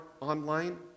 online